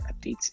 updates